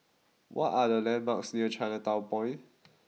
what are the landmarks near Chinatown Point